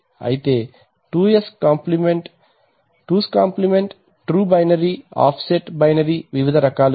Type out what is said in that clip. అయితే 2s complement true binary offset binary వివిధ రకాలుగా